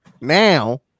now